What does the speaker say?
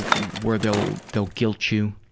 ah where they'll they'll guilt you